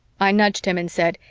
i nudged him and said,